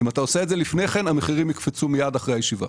אם אתה עושה את זה לפני כן המחירים יקפצו מיד אחרי הישיבה.